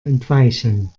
entweichen